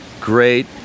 great